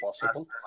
possible